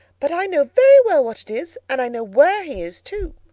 but i know very well what it is and i know where he is too.